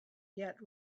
yet